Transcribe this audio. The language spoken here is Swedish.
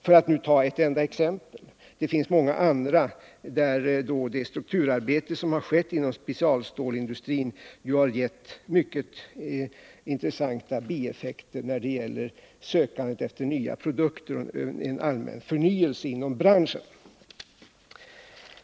Det finns också många andra exempel på att det strukturarbete som har ägt rum inom specialstålsindustrin har gett mycket intressanta bieffekter när det gäller sökandet efter nya produkter och lett till en allmän förnyelse inom branschen.